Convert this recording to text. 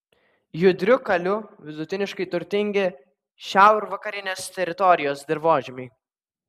judriu kaliu vidutiniškai turtingi šiaurvakarinės teritorijos dirvožemiai